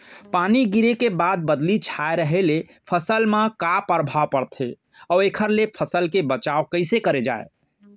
पानी गिरे के बाद बदली छाये रहे ले फसल मा का प्रभाव पड़थे अऊ एखर ले फसल के बचाव कइसे करे जाये?